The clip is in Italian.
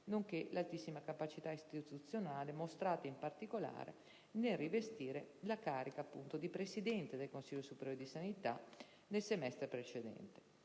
nonché l'altissima capacità istituzionale mostrata, in particolare, nel rivestire la carica di presidente del Consiglio superiore di sanità nel semestre precedente.